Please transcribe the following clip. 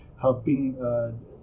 helping